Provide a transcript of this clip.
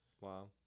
Wow